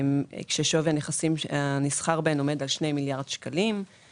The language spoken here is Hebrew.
כששווי המסחר בהן עומד על שני מיליארד שקלים.